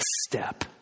step